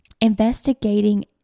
investigating